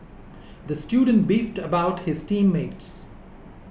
the student beefed about his team mates